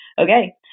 okay